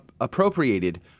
appropriated